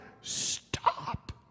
stop